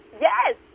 Yes